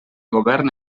govern